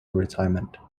retirement